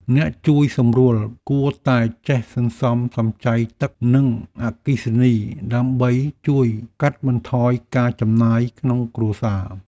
អ្នកជួយសម្រួលគួរតែចេះសន្សំសំចៃទឹក និងអគ្គិសនីដើម្បីជួយកាត់បន្ថយការចំណាយក្នុងគ្រួសារ។